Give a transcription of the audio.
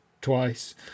twice